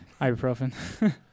ibuprofen